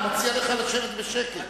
אני מציע לך לשבת בשקט.